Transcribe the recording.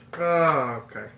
Okay